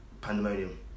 pandemonium